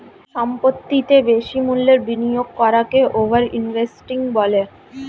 সম্পত্তিতে বেশি মূল্যের বিনিয়োগ করাকে ওভার ইনভেস্টিং বলে